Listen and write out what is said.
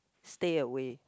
stay away